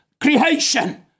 creation